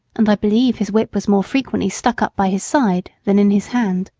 and i believe his whip was more frequently stuck up by his side than in his hand.